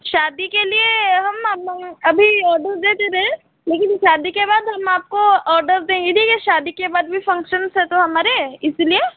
शादी के लिए हम अभी ऑर्डर दे दे रहे हैं लेकिन शादी के बाद हम आपको ऑर्डर दे ही देंगे शादी के बाद भी फंक्शंस है तो हमारे इसलिए